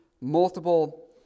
multiple